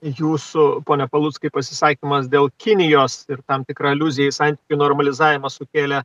jūsų pone paluckai pasisakymas dėl kinijos ir tam tikra aliuzija į santykių normalizavimą sukėlė